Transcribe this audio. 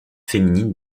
féminine